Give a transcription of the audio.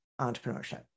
entrepreneurship